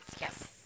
Yes